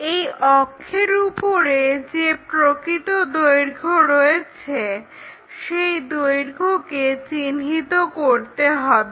এই অক্ষের উপরে যে প্রকৃত দৈর্ঘ্য রয়েছে সেই দৈর্ঘ্যকে চিহ্নিত করতে হবে